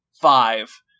five